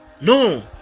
No